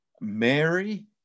Mary